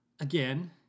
Again